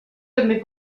també